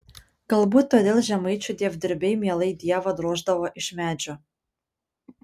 galbūt todėl žemaičių dievdirbiai mielai dievą droždavo iš medžio